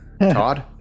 todd